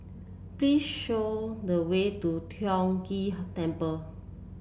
please show the way to Tiong Ghee Temple